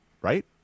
right